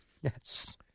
Yes